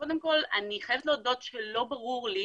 קודם כל, אני חייבת להודות שלא ברור לי